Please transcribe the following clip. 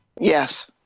Yes